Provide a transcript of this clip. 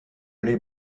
les